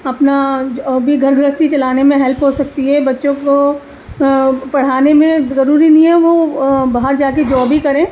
اپنا گھر گرہستی چلانے میں ہیلپ ہو سکتی ہے بچوں کو پڑھانے میں ضروری نہیں ہے وہ باہر جا کے جاب ہی کریں